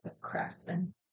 Craftsman